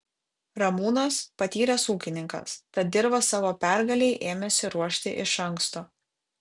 ramūnas patyręs ūkininkas tad dirvą savo pergalei ėmėsi ruošti iš anksto